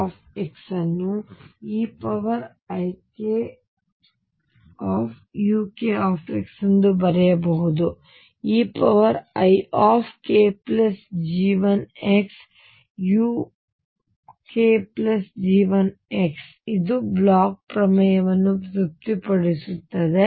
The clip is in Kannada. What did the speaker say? ಆದ್ದರಿಂದ ನಾನು kx ಅನ್ನು eikxukx ಎಂದು ಬರೆಯಬಹುದು ಅದು eikG1xukG1 ಇದು ಬ್ಲೋಚ್ ನ ಪ್ರಮೇಯವನ್ನು ತೃಪ್ತಿಪಡಿಸುತ್ತದೆ